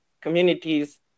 communities